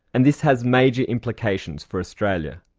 and this has major implications for australia.